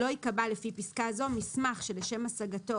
לא ייקבע לפי פסקה זו מסמך שלשם השגתו